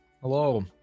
Hello